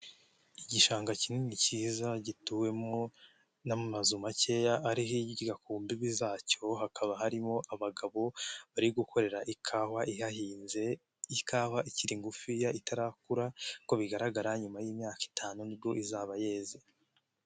Igishanga kinini cyiza gituwemo n'amazu makeya ari hirya ku mbibi zacyo hakaba harimo abagabo bari gukorera ikawa ihahinze, ikawa ikiri ngufiya itarakura ko bigaragara nyuma y'imyaka itanu nibwo izaba yeze.